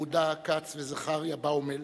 יהודה כץ וזכריה באומל,